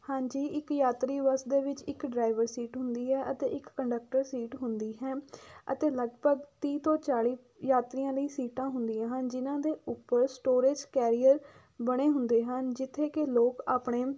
ਹਾਂਜੀ ਇੱਕ ਯਾਤਰੀ ਬੱਸ ਦੇ ਵਿੱਚ ਇੱਕ ਡਰਾਈਵਰ ਸੀਟ ਹੁੰਦੀ ਹੈ ਅਤੇ ਇੱਕ ਕੰਡਕਟਰ ਸੀਟ ਹੁੰਦੀ ਹੈ ਅਤੇ ਲਗਭਗ ਤੀਹ ਤੋਂ ਚਾਲ੍ਹੀ ਯਾਤਰੀਆਂ ਲਈ ਸੀਟਾਂ ਹੁੰਦੀਆਂ ਹਨ ਜਿਨ੍ਹਾਂ ਦੇ ਉੱਪਰ ਸਟੋਰੇਜ ਕੈਰੀਅਰ ਬਣੇ ਹੁੰਦੇ ਹਨ ਜਿੱਥੇ ਕਿ ਲੋਕ ਆਪਣੇ